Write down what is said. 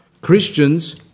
Christians